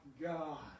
God